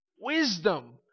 Wisdom